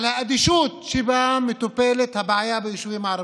על האדישות שבה מטופלת הבעיה ביישובים הערביים.